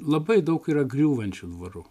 labai daug yra griūvančių dvarų